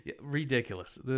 Ridiculous